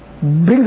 brings